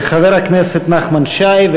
חבר הכנסת נחמן שי,